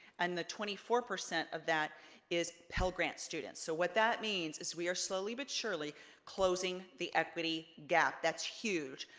and the twenty four percent of that is pell grant students. so what means is we are slowly but surely closing the equity gap, that's huge.